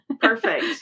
perfect